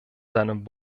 seinem